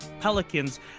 Pelicans